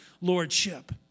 lordship